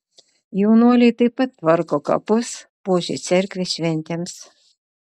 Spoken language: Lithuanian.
jaunuoliai taip pat tvarko kapus puošia cerkvę šventėms